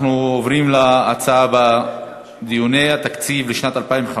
אנחנו עוברים להצעה הבאה: דיוני התקציב לשנת 2015